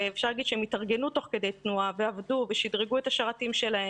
אפשר להגיד שהם התארגנו תוך כדי תנועה ועבדו ושדרגו את השרתים שלהם.